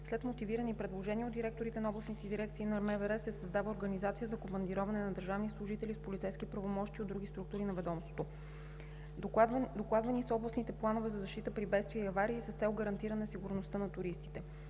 След мотивираните предложения от директорите на областните дирекции на МВР се създава организация за командироване на държавни служители с полицейски правомощия от други структури на ведомството. Докладвани са областните планове за защита при бедствия и аварии с цел гарантиране на сигурността на туристите.